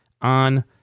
on